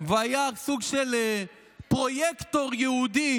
והיה סוג של פרויקטור ייעודי,